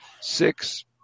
six